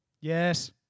Yes